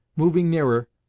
moving nearer,